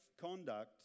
conduct